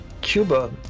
Cuba